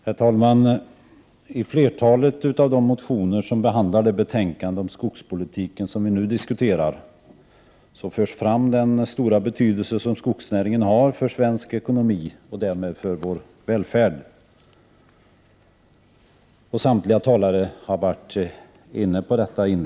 Herr talman! I flertalet av de motioner som behandlas i det betänkande om skogspolitiken som vi nu diskuterar förs fram den stora betydelse som skogsnäringen har för svensk ekonomi och därmed för vår välfärd. Samtliga talare har varit inne på detta.